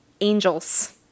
angels